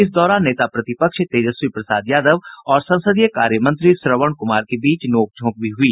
इस दौरान नेता प्रतिपक्ष तेजस्वी प्रसाद यादव और संसदीय कार्य मंत्री श्रवण क्मार के बीच नोंकझोंक भी हई